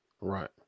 right